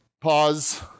pause